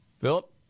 Philip